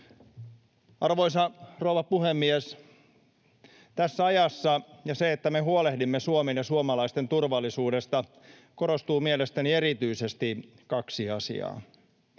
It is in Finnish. Arvoisa rouva puhemies! Tässä ajassa siinä, että me huolehdimme Suomen ja suomalaisten turvallisuudesta, korostuu mielestäni erityisesti kaksi asiaa: